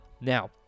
Now